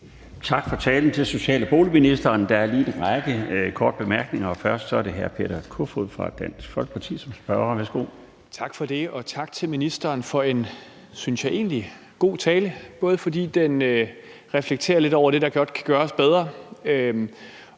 Tak for talen til social- og boligministeren. Der er lige en række korte bemærkninger, og først er det hr. Peter Kofod fra Dansk Folkeparti som spørger. Værsgo. Kl. 18:10 Peter Kofod (DF): Tak for det, og tak til ministeren for en, synes jeg, egentlig god tale, både fordi den reflekterer lidt over det, der godt kan gøres bedre,